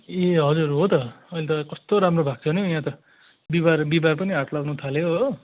ए हजुर हो त अहिले त कस्तो राम्रो भएको छ नि यहाँ त बिहिबार बिहिबार पनि हाट लाग्नुथाल्यो हो